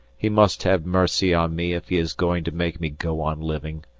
he must have mercy on me if he is going to make me go on living.